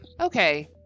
Okay